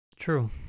true